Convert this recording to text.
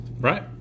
Right